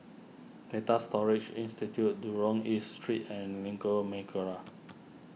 Data Storage Institute Jurong East Street and Lengkok